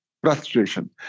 Frustration